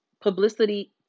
Publicity